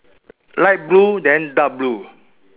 light blue then dark blue